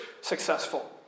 successful